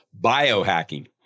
biohacking